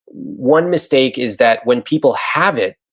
one mistake is that when people have it,